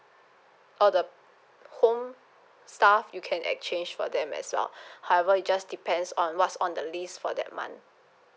all the home stuff you can exchange for them as well however it just depends on what's on the list for that month